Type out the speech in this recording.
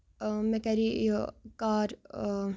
مےٚ کَرے یہِ کار